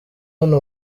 hano